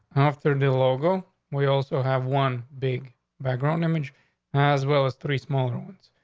after the logo, we also have one big background image as well as three smaller ones.